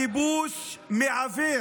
איזה כיבוש, הכיבוש מעוור.